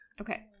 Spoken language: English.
Okay